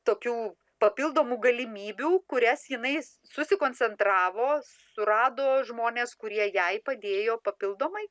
tokių papildomų galimybių kurias jinai susikoncentravo surado žmonės kurie jai padėjo papildomai